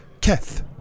Keth